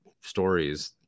stories